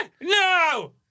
no